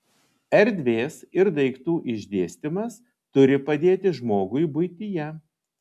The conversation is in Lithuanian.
erdvės ir daiktų išdėstymas turi padėti žmogui buityje